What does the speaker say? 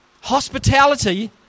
Hospitality